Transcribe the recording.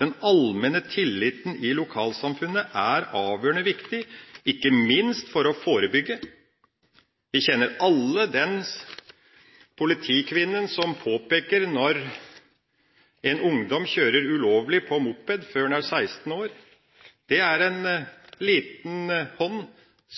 Den allmenne tilliten i lokalsamfunnet er avgjørende viktig, ikke minst for å forebygge. Vi kjenner alle den politikvinnen som påpeker når en ungdom kjører ulovlig på moped før han er 16 år. Det er en liten hånd